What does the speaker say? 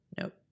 Nope